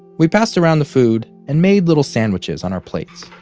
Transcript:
we passed around the food and made little sandwiches on our plates.